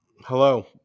Hello